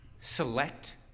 select